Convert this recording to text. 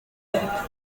europa